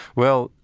well,